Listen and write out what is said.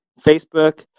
facebook